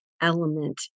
element